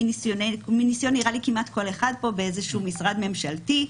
נראה לי כל אחד פה באיזה משרד ממשלתי,